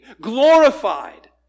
glorified